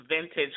vintage